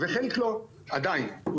וחלק עדיין לא,